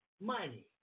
money